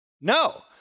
No